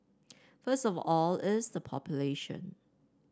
first of all it's the population